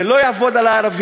זה לא יעבוד על הערבים,